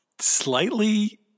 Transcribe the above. slightly